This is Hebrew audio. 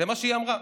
זה מה שהיא אמרה.